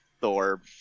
Thor